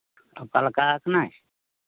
ᱚᱠᱟᱞᱮᱠᱟ ᱠᱟᱱᱟᱭ